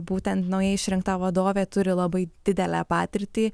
būtent naujai išrinkta vadovė turi labai didelę patirtį